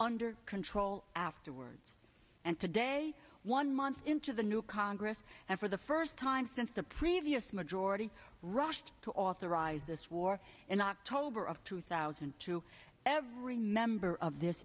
under control afterwards and today one month into the new congress and for the first time since the previous majority rushed to authorize this war in october of two thousand and two every member of this